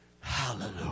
hallelujah